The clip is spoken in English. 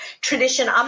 tradition